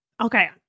okay